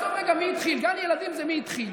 עזוב רגע מי התחיל, בגן ילדים זה "מי התחיל".